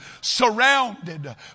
Surrounded